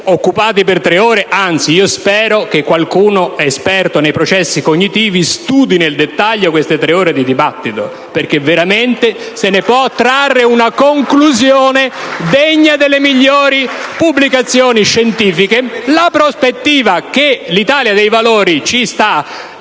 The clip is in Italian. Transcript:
occupati per tre ore. Anzi, spero che qualcuno, esperto nei processi cognitivi, studi nel dettaglio queste tre ore di dibattito, perché veramente se ne può trarre una conclusione degna delle migliori pubblicazioni scientifiche! *(Applausi dai Gruppi